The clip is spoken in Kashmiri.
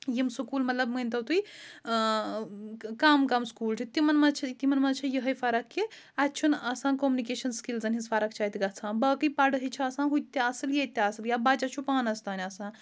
یِم سکوٗل مطلب مٲنۍتو تُہۍ کَم کَم سکوٗل چھِ تِمَن منٛز چھِ تِمَن منٛز چھِ یِہٕے فرق کہِ اَتہِ چھُنہٕ آسان کوٚمنِکیشَن سِکِلزَن ہِنٛز فرق چھےٚ اَتہِ گژھان باقٕے پَڑھٲے چھِ آسان ہُہ تہِ اَصٕل ییٚتہِ تہِ اَصٕل یا بَچَس چھُ پانَس تام آسان